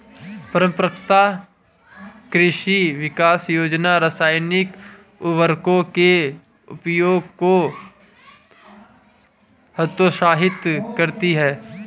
परम्परागत कृषि विकास योजना रासायनिक उर्वरकों के उपयोग को हतोत्साहित करती है